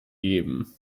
geben